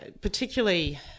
particularly